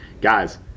guys